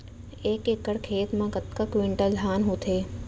एक एकड़ खेत मा कतका क्विंटल धान होथे?